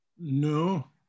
No